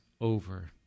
over